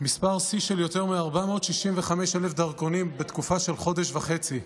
מספר שיא של יותר מ-465,000 דרכונים בתקופה של חודש וחצי,